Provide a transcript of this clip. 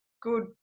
good